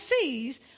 sees